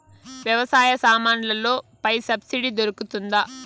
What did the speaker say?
వ్యవసాయ సామాన్లలో పై సబ్సిడి దొరుకుతుందా?